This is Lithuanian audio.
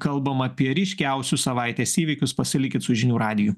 kalbam apie ryškiausius savaitės įvykius pasilikit su žinių radijui